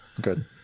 Good